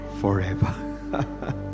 forever